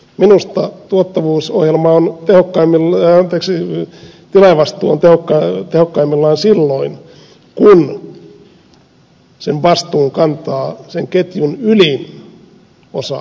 minusta tilaajavastuu on työttömille eksyy kyllä vastuuta ja tehokkain lasin tehokkaimmillaan silloin kun sen vastuun kantaa ketjun ylin osa eli rakennuttaja